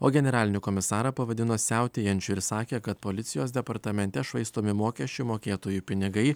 o generalinį komisarą pavadino siautėjančiu ir sakė kad policijos departamente švaistomi mokesčių mokėtojų pinigai